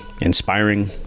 inspiring